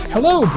Hello